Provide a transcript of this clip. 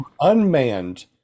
unmanned